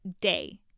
day